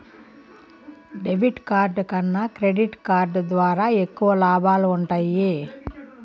debit card కన్నా credit card ద్వారా ఎక్కువ లాబాలు వుంటయ్యి